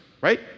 right